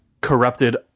corrupted